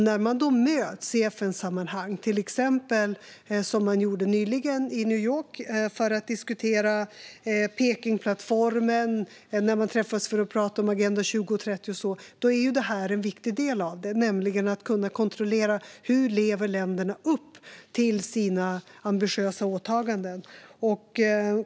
När man möts i FN-sammanhang, till exempel som man gjorde i New York nyligen för att diskutera Pekingplattformen eller när man träffas för att prata om Agenda 2030 och så vidare, är en viktig del att kunna kontrollera hur länderna lever upp till sina ambitiösa åtaganden.